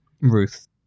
Ruth